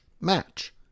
match